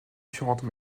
différentes